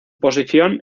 posición